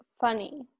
funny